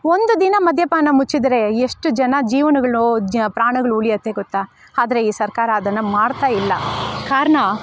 ಒಂದು ದಿನ ಮದ್ಯಪಾನ ಮುಚ್ಚಿದರೆ ಎಷ್ಟು ಜನ ಜೀವನಗುಳು ಪ್ರಾಣಗಳು ಉಳಿಯುತ್ತೆ ಗೊತ್ತ ಆದ್ರೆ ಈ ಸರ್ಕಾರ ಅದನ್ನು ಮಾಡ್ತಾ ಇಲ್ಲ ಕಾರ್ಣ